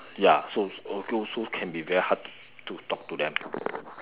ya so also so can be very hard to to talk to them